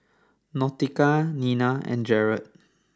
Nautica Nina and Jared